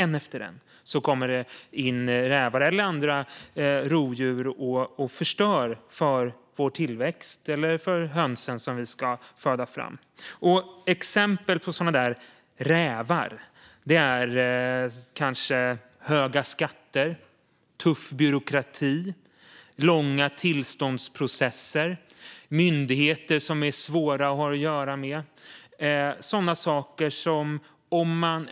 Det kommer rovdjur och förstör för vår tillväxt, alltså för hönsen som vi ska föda fram. Exempel på rävar kan vara höga skatter, tuff byråkrati, långa tillståndsprocesser och myndigheter som är svåra att ha att göra med.